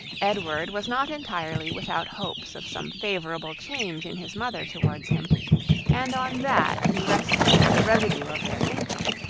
edward was not entirely without hopes of some favourable change in his mother towards him and on that he rested for the residue of their income.